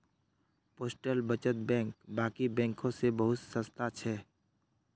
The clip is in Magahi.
पोस्टल बचत बैंक बाकी बैंकों से बहुत सस्ता छे